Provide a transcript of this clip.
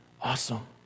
awesome